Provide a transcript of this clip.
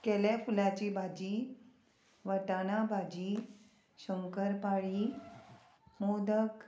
केळ्या फुलाची भाजी वटाणा भाजी शंकर पाळी मोदक